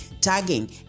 tagging